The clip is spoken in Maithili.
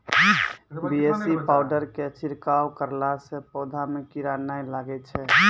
बी.ए.सी पाउडर के छिड़काव करला से पौधा मे कीड़ा नैय लागै छै?